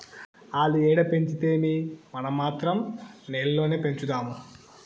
ఆల్లు ఏడ పెంచితేమీ, మనం మాత్రం నేల్లోనే పెంచుదాము